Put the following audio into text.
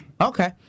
Okay